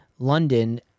London